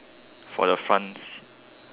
for the front